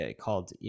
called